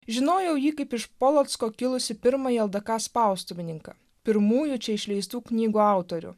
žinojau jį kaip iš polocko kilusį pirmąjį ldk spaustuvininką pirmųjų čia išleistų knygų autorių